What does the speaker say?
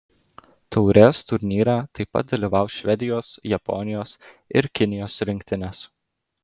taurės turnyre taip pat dalyvaus švedijos japonijos ir kinijos rinktinės